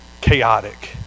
chaotic